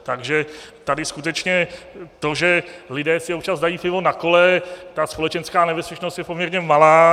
Takže tady skutečně to, že lidé si občas dají pivo na kole, ta společenská nebezpečnost je poměrně malá.